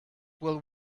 will